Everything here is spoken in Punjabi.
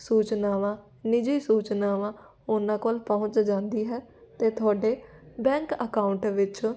ਸੂਚਨਾਵਾਂ ਨਿੱਜੀ ਸੂਚਨਾਵਾਂ ਉਹਨਾਂ ਕੋਲ ਪਹੁੰਚ ਜਾਂਦੀ ਹੈ ਅਤੇ ਤੁਹਾਡੇ ਬੈਂਕ ਅਕਾਊਂਟ ਵਿੱਚੋਂ